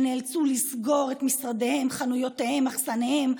שנאלצו לסגור את משרדיהם, חנויותיהם, מחסניהם.